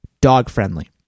dog-friendly